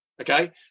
Okay